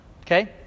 okay